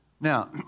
Now